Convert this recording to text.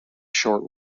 short